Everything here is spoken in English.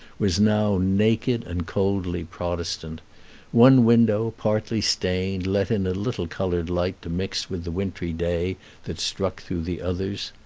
was now naked and coldly protestant one window, partly stained, let in a little colored light to mix with the wintry day that struck through the others.